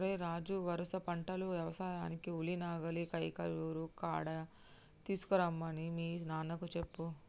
ఓరై రాజు వరుస పంటలు యవసాయానికి ఉలి నాగలిని కైకలూరు కాడ తీసుకురమ్మని మీ నాన్నకు చెప్పు